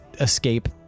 escape